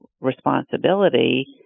responsibility